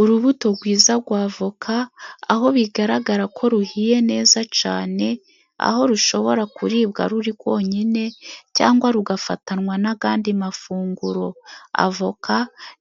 Urubuto rwiza rwa avoka aho bigaragara ko ruhiye neza cyane, aho rushobora kuribwa ruri rwonyine cyangwa rugafatanwa n'ayandi mafunguro. Avoka